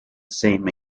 same